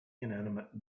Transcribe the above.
inanimate